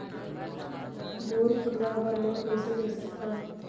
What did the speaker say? Bore खोदवाय बर loan कइसे ले सकथव?